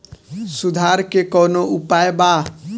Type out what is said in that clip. सुधार के कौनोउपाय वा?